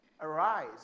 arise